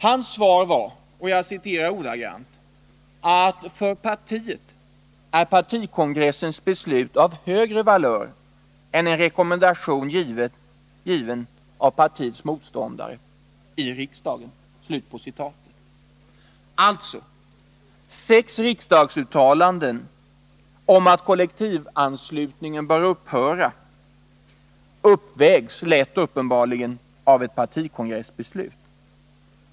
Hans svar var: ”För partiet är partikongressens beslut av högre valör än en rekommendation given av partiets motståndare i riksdagen.” Alltså: Sex riksdagsuttalanden om att kollektivanslutningen bör upphöra uppvägs uppenbarligen lätt av ett partikongressbeslut.